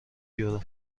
یورو